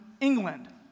England